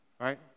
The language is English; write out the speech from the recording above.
right